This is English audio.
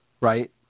Right